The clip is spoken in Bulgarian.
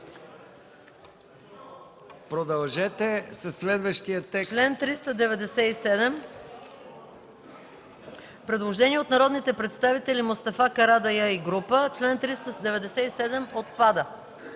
Продължете със следващия текст.